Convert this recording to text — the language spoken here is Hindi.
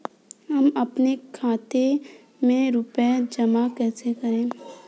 हम अपने खाते में रुपए जमा कैसे करें?